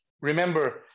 Remember